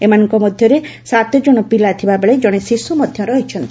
ଏମାନଙ୍କ ମଧ୍ୟରେ ସାତଜଣ ପିଲା ଥିବାବେଳେ ଜଣେ ଶିଶୁ ମଧ୍ୟ ରହିଛି